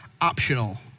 optional